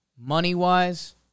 money-wise